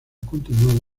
continuado